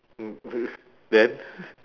then